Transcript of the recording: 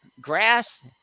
grass